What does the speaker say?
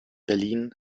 berlin